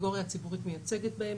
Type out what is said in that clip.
שהסנגוריה הציבורית מייצגת בהם,